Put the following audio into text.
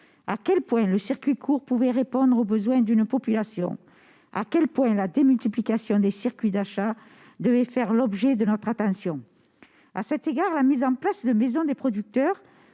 à quel point le circuit court pouvait répondre aux besoins d'une population, à quel point la démultiplication des circuits d'achat devait faire l'objet de toute notre attention. À cet égard, la mise en place de maisons des producteurs